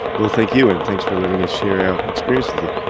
well, thank you, and thanks for letting us share our experience with you.